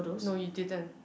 no you didn't